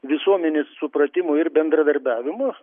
visuomenės supratimo ir bendradarbiavimo